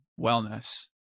wellness